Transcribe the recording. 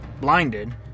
Blinded